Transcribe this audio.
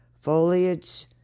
Foliage